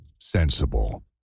sensible